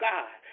God